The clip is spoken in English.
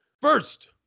First